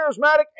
Charismatic